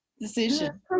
Decision